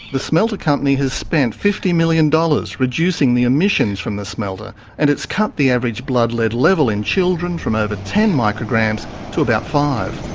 the smelter company has spent fifty million dollars reducing the emissions from the smelter and it's cut the average blood lead level in children from over to ten micrograms to about five.